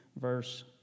Verse